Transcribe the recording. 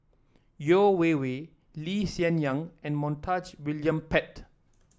Yeo Wei Wei Lee Hsien Yang and Montague William Pett